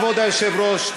כבוד היושב-ראש,